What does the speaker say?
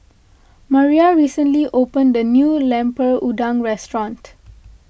Maria recently opened the new Lemper Udang restaurant